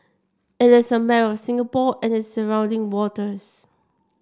it is a map of Singapore it is surrounding waters